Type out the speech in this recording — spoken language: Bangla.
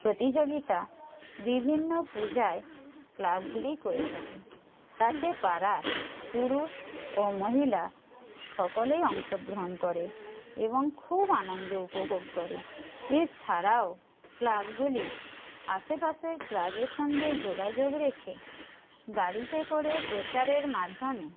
প্রতিযোগিতা বিভিন্ন পুজায় ক্লাবগুলি করে থাকি তাতে পাড়ার পুরুষ ও মহিলা সকলেই অংশগ্রহণ করে এবং খুব আনন্দ উপভোগ করে এছাড়াও ক্লাবগুলি আশেপাশে ক্লাবের সঙ্গে যোগাযোগ রেখে গাড়িতে করে প্রচারের মাধ্যমে